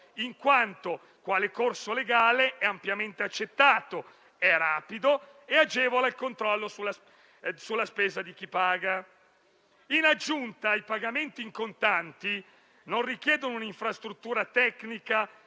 in quanto, quale corso legale, è ampiamente accettato, è rapido ed agevola il controllo sulla spesa di chi paga. In aggiunta, i pagamenti in contanti non richiedono una infrastruttura tecnica